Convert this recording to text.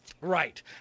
Right